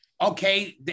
okay